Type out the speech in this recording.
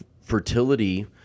fertility